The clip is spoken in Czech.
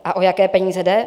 A o jaké peníze jde?